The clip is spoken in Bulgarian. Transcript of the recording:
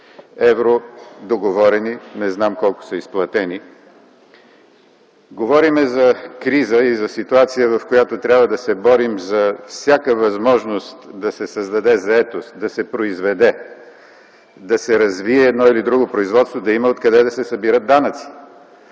евро – договорени, не знам колко са изплатени. Говорим за криза и за ситуация, в която трябва да се борим за всяка възможност да се създаде заетост, да се произведе, да се развие едно или друго производство, да има откъде да се събират данъци.